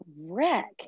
wreck